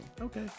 Okay